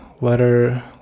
letter